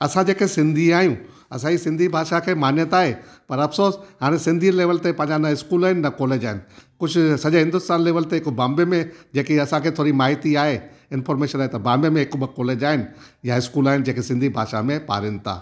असां जेके सिंधी आहियूं असांजी सिंधी भाषा खे मान्यता आहे पर अफ़सोसु हाणे सिंधी लेवल ते पंहिंजा न इस्कूलु आहिनि न कॉलेज आहिनि कुझु सॼे हिंदुस्तान लेवल ते हिकु बॉम्बे में जेकी असांखे थोरी माहिती आहे इंफॉर्मेशन आहे न बॉम्बे में हिकु ॿ कॉलेज आहिनि या इस्कूलु आहिनि जेके सिंधी भाषा में पाढ़ीनि था